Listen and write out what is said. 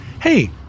Hey